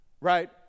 right